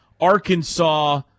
Arkansas